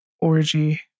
orgy